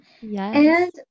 Yes